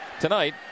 tonight